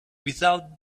without